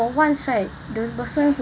for once right the person